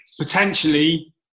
potentially